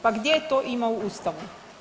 Pa gdje to ima u Ustavu?